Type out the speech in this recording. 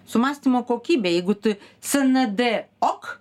su mąstymo kokybė jeigu tu snd ok